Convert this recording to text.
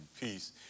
peace